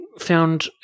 found